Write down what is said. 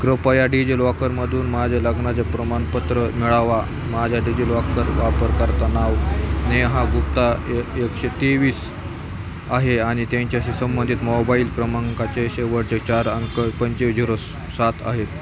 कृपया डिजिलॉकरमधून माझे लग्नाचे प्रमाणपत्र मिळावा माझ्या डिजिलॉकर वापरकर्ता नाव नेहा गुप्ता ए एकशे तेवीस आहे आणि त्यांच्याशी संंबंधित मोबाईल क्रमांकाचे शेवटचे चार अंक पंचवीस झिरो सात आहे